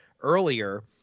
earlier